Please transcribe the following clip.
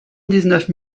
neuf